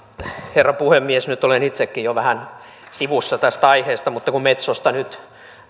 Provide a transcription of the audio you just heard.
herra puhemies nyt olen itsekin jo vähän sivussa tästä aiheesta mutta kun metsosta nyt